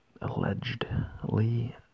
allegedly